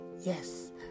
Yes